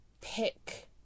pick